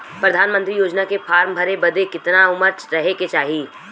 प्रधानमंत्री योजना के फॉर्म भरे बदे कितना उमर रहे के चाही?